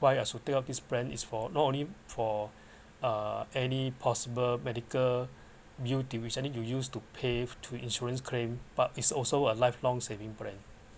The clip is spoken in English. why I should take up this plan is for not only for uh any possible medical use~ usually you use to pay to insurance claim but is also a lifelong saving plan